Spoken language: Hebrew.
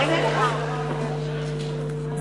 תציג את ההצעה חברת הכנסת יעל גרמן, שרת הבריאות.